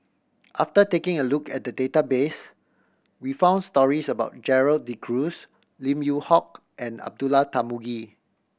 after taking a look at the database we found stories about Gerald De Cruz Lim Yew Hock and Abdullah Tarmugi